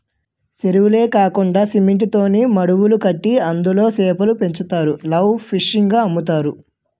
సెరువులే కాకండా సిమెంట్ తూనీమడులు కట్టి అందులో సేపలు పెంచుతారు లైవ్ ఫిష్ గ అమ్ముతారు